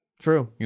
True